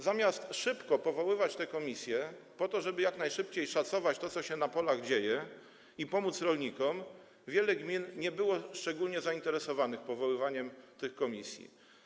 Zamiast szybko powoływać te komisje, żeby jak najszybciej oszacować to, co dzieje się na polach, i pomóc rolnikom, wiele gmin nie było szczególnie zainteresowanych powoływaniem tych komisji.